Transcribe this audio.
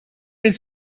has